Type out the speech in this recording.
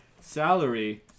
Salary